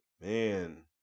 Man